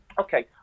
okay